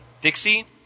Dixie